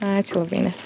ačiū labai inesa